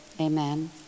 amen